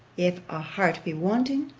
if a heart be wanting?